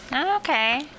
Okay